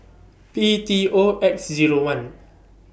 P T O X Zero one